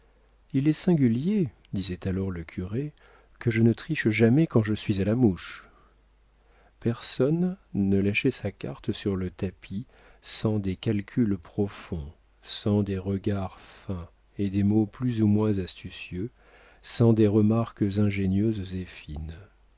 il est singulier disait alors le curé que je ne triche jamais quand je suis à la mouche personne ne lâchait sa carte sur le tapis sans des calculs profonds sans des regards fins et des mots plus ou moins astucieux sans des remarques ingénieuses